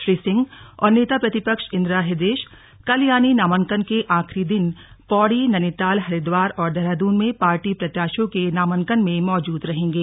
श्री सिंह और नेता प्रतिपक्ष इन्दिरा हृदयेश कल यानि नामांकन के आखिरी दिन पौड़ी नैनीताल हरिद्वार और देहरादून में पार्टी प्रत्याशियों के नामांकन में मौजूद रहेंगे